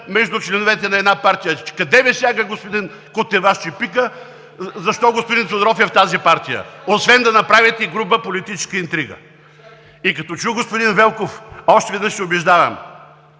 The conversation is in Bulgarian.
между членовете на една партия. Къде Ви стяга, господин Кутев, Вас чепикът, защо господин Тодоров е в тази партия, освен да направите груба политическа интрига?! И като чух господин Велков, още веднъж се убеждавам,